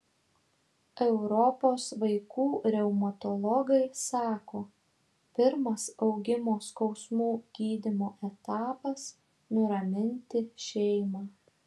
europos vaikų reumatologai sako pirmas augimo skausmų gydymo etapas nuraminti šeimą